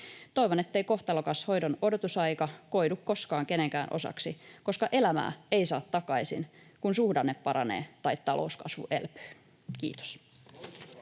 Toivon, ettei kohtalokas hoidon odotusaika koidu koskaan kenenkään osaksi, koska elämää ei saa takaisin, kun suhdanne paranee tai talouskasvu elpyy. — Kiitos.